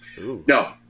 No